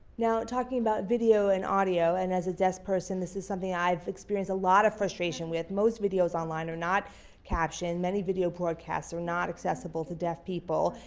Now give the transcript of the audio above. now we're talking about video and audio and as a deaf person this is something i've experienced a lot of frustration with most videos online are not captioned. many video broadcasts are not accessible to deaf people.